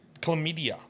chlamydia